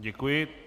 Děkuji.